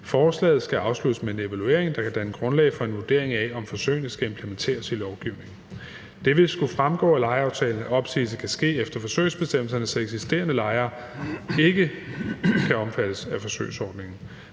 Forslaget skal afsluttes med en evaluering, der kan danne grundlag for en vurdering af, om forsøgene skal implementeres i lovgivningen. Kl. 12:39 Det vil skulle fremgå af lejeaftalen, at opsigelse kan ske efter forsøgsbestemmelserne, så eksisterende lejere ikke kan omfattes af forsøgsordningen.